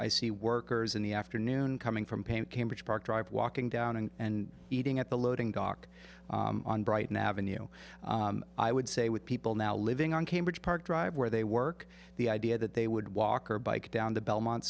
i see workers in the afternoon coming from paint cambridge park drive walking down and eating at the loading dock on brighton ave i would say with people now living on cambridge park drive where they work the idea that they would walk or bike down the belmont